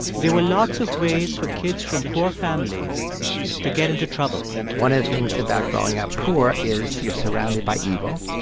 there were lots of ways for kids from poor families to get into trouble one of the things about growing up poor is you're surrounded by evil,